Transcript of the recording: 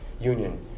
union